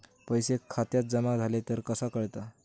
पैसे खात्यात जमा झाले तर कसा कळता?